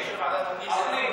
ועדת הפנים.